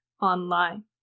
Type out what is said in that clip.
online